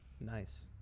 nice